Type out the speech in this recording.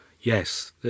yes